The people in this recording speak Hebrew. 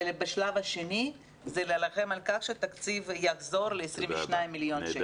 ובשלב השני זה להילחם על כך שהתקציב יחזור ל-22,000,000 ₪.